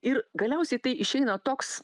ir galiausiai tai išeina toks